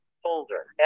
folder